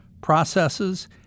processes